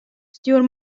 stjoer